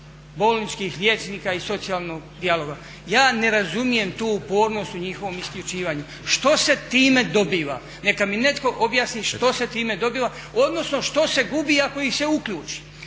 bolničkih liječnika i socijalnog dijalog. Ja ne razumijem tu upornost u njihovom isključivanju. Što se time dobiva? Neka mi neko objasni što se time dobiva, odnosno što se gubi ako ih se uključi?